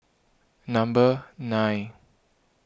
number nine